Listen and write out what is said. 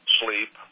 sleep